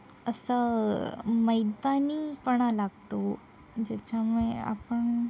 असं मैदानीपणा लागतो ज्याच्यामुळे आपण